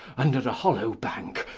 under a hollow bank,